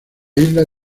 isla